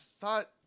thought